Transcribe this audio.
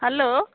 hello